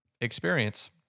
experience